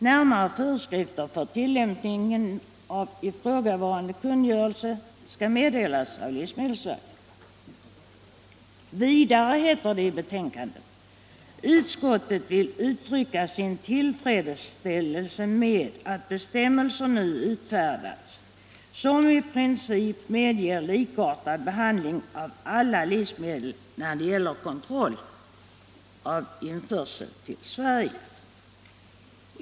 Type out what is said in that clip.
Närmare föreskrifter för tillämpningen av ifrågavarande kungörelse skall meddelas av livsmedelsverket.” ”Utskottet vill uttrycka sin tillfredsställelse med att bestämmelser nu utfärdats som i princip medger likartad behandling av alla livsmedel, när det gäller kontroll av införseln till Sverige.